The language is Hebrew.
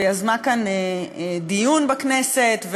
ויזמה דיון כאן בכנסת,